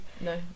No